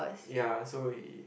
ya so he